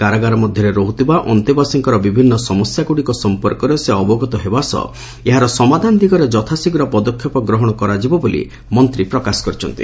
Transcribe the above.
କାରାଗାର ମଧ୍ଧରେ ରହ୍ରଥିବା ଅନ୍ତେବାସୀଙ୍କର ବିଭିନ୍ ସମସ୍ୟାଗୁଡ଼ିକ ସମ୍ପର୍କରେ ସେ ଅବଗତ ହେବା ସହ ଏହାର ସମାଧାନ ଦିଗରେ ଯଥାଶୀଘ୍ର ପଦକ୍ଷେପ ଗ୍ରହଣ କରାଯିବ ବୋଲି ମନ୍ତ୍ରୀ ପ୍ରକାଶ କରିଛନ୍ତି